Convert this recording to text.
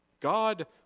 God